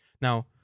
Now